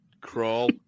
crawl